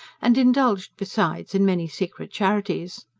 and indulged besides in many secret charities.